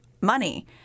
money